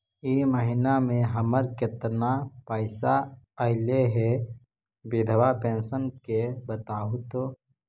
इ महिना मे हमर केतना पैसा ऐले हे बिधबा पेंसन के बताहु तो?